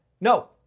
No